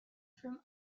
from